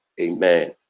amen